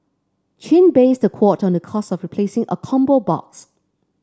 chin based the quote on the cost of replacing a combo box